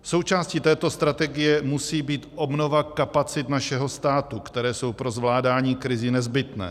Součástí této strategie musí být obnova kapacit našeho státu, které jsou pro zvládání krizí nezbytné.